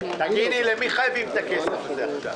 למי חייבים את הכסף הזה עכשיו?